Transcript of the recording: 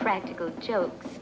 practical jokes